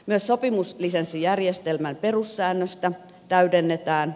myös sopimuslisenssijärjestelmän perussäännöstä täydennetään